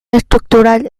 estructural